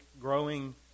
growing